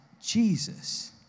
Jesus